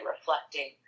reflecting